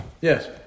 Yes